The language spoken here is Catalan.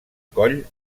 coll